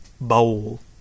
Bowl